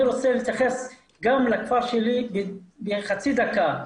אני גם רוצה להתייחס לכפר שלי בחצי דקה.